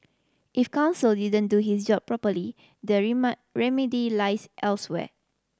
if counsel didn't do his job properly the remedy lies elsewhere